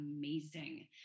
amazing